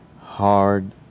hard